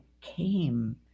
came